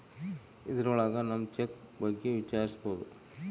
ಇದ್ರೊಳಗ ನಮ್ ಚೆಕ್ ಬಗ್ಗೆ ವಿಚಾರಿಸ್ಬೋದು